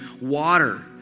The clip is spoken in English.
water